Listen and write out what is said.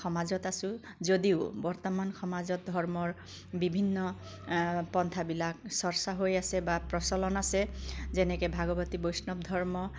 সমাজত আছোঁ যদিও বৰ্তমান সমাজত ধৰ্মৰ বিভিন্ন পন্থাবিলাক চৰ্চা হৈ আছে বা প্ৰচলন আছে যেনেকে ভাগৱতী বৈষ্ণৱ ধৰ্ম